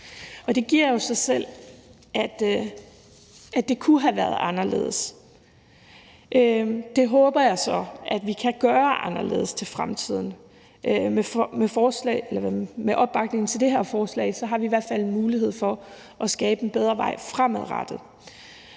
Det giver jo sig selv, at det kunne have været anderledes. Og det håber jeg så vi kan gøre anderledes i fremtiden. Med opbakningen til det her forslag har vi i hvert fald muligheden for at skabe en bedre vej fremadrettet.